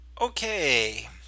okay